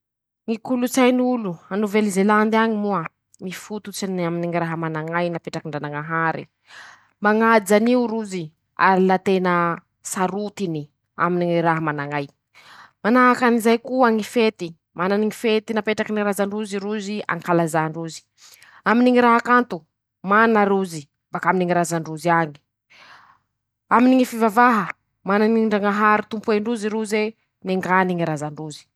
Ñy kolotsay añy danemarka moa: - ñy fañaja ñy fomba na ñy lily fataony ñy razandrozy taloha, ñy fañomezandrozy voninahitsy ñy tany nipoirandrozy añatiny zay ñy fomba fijaboa, ñy fomba fitsinjaha nengany ñy razandrozy; mañaja ñy lalaña misy rozy: mifañampy, mifañaja ro miray hina aminy ñy fañaraha lalañan- draza